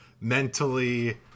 mentally